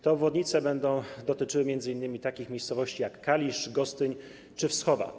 Te obwodnice będą dotyczyły m.in. takich miejscowości jak Kalisz, Gostyń czy Wschowa.